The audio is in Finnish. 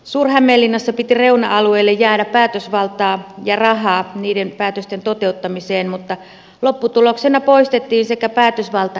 suur hämeenlinnassa reuna alueille piti jäädä päätösvaltaa ja rahaa niiden päätösten toteuttamiseen mutta lopputuloksena poistettiin sekä päätösvalta että rahat